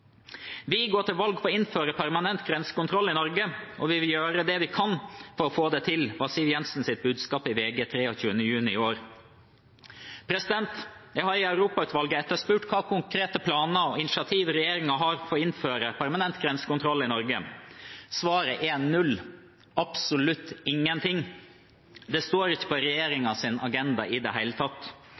går til valg på å innføre permanent grensekontroll i Norge, og vil gjøre det vi kan for å få det til», var Siv Jensens budskap i VG 23. juni i år. Jeg har i Europautvalget etterspurt hvilke konkrete planer og initiativ regjeringen har for å innføre permanent grensekontroll i Norge. Svaret er null, absolutt ingenting. Det står ikke på regjeringens agenda i det hele tatt.